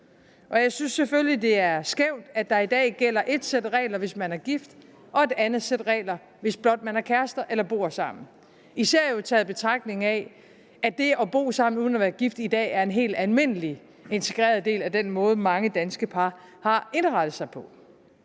og jeg synes selvfølgelig, at det er skævt, at der i dag gælder et sæt regler, hvis man er gift, og et andet sæt regler, hvis blot man er kærester eller bor sammen, især taget i betragtning, at det at bo sammen uden at være gift i dag er en helt almindelig integreret del af den måde, mange danske par har indrettet sig på.